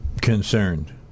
concerned